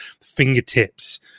Fingertips